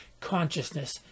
consciousness